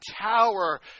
tower